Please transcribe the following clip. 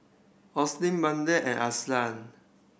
Bethann and Alyssia